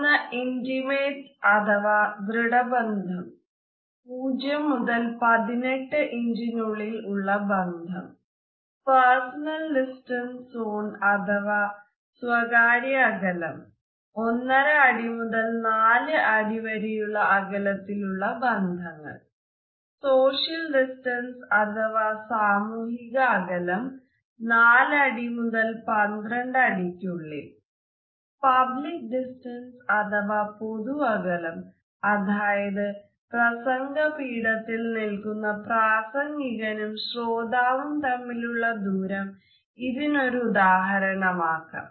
ഒന്ന് intimate zone അഥവാ ദൃഢ ബന്ധം 0 18 ഇഞ്ചിനുള്ളിൽ ഉള്ള ബന്ധം പേർസണൽ ഡിസ്റ്റൻസ് സോൺ അഥവാ സ്വകാര്യ അകലം ഒന്നര അടി മുതൽ നാല് അടി വരെയുള്ള അകലത്തിലുള്ള ബന്ധങ്ങൾ സോഷ്യൽ ഡിസ്റ്റൻസ് അഥവാ സാമൂഹിക അകലം 4 അടി 12 അടിക്കുള്ളിൽ പബ്ലിക് ഡിസ്റ്റൻസ് അഥവാ പൊതു അകലം അതായത് പ്രസംഗപീഠത്തിൽ നിൽക്കുന്ന പ്രാസംഗികനും ശ്രോതാവും തമ്മിലുള്ള ദൂരം ഇതിനു ഒരു ഉദാഹരണം ആക്കാം